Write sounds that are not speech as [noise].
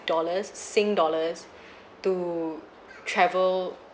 dollars sing dollars [breath] to travel